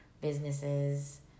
businesses